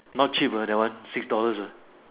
not cheap ah that one six dollars ah